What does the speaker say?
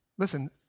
Listen